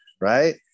right